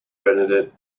bernadette